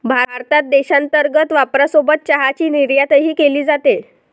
भारतात देशांतर्गत वापरासोबत चहाची निर्यातही केली जाते